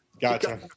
gotcha